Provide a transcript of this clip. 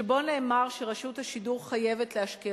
שבו נאמר שרשות השידור חייבת להשקיע